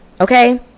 okay